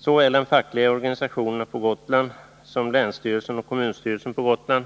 Såväl den fackliga organisationen som länsstyrelsen och kommunstyrelsen på Gotland